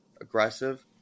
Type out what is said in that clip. aggressive